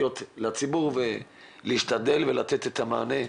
להתעורר אצל הציבור ולהשתדל ולתת את המענה.